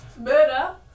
murder